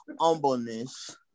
humbleness